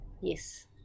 Yes